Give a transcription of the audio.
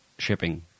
shipping